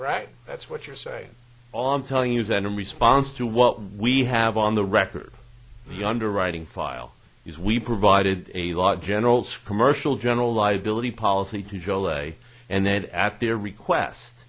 right that's what you're saying all i'm telling you is that in response to what we have on the record the underwriting file use we provided a lot of generals for mercial general liability policy to joe lay and then at their request